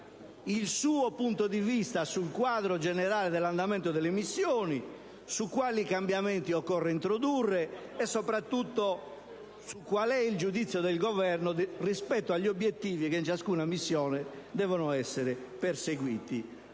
il suo punto di vista sul quadro generale dell'andamento delle missioni, su quali cambiamenti occorra introdurre e soprattutto quale sia il giudizio del Governo rispetto agli obiettivi che in ciascuna missione devono essere perseguiti.